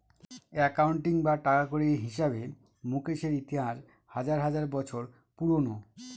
accounting বা টাকাকড়ির হিসাবে মুকেশের ইতিহাস হাজার হাজার বছর পুরোনো